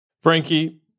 Frankie